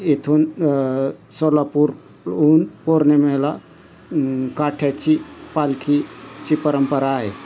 येथून सोलापूरहून पौर्णिमेला काठ्याची पालखीची परंपरा आहे